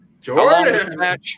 Jordan